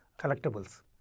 collectibles